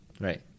Right